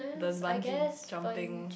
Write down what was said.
the bungee jumping